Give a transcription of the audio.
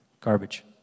Garbage